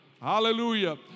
Hallelujah